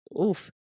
oof